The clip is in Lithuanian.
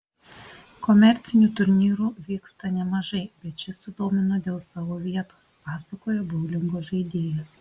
komercinių turnyrų vyksta nemažai bet šis sudomino dėl savo vietos pasakojo boulingo žaidėjas